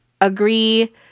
agree